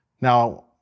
Now